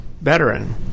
veteran